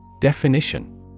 Definition